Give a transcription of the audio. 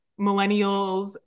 millennials